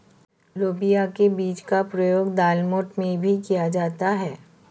लोबिया के बीज का प्रयोग दालमोठ में भी किया जाता है